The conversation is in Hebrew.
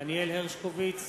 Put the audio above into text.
דניאל הרשקוביץ,